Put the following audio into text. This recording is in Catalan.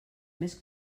més